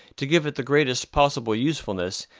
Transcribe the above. to give it the greatest possible usefulness,